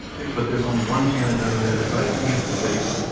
but there's only one candidate on the other side, and he has to face,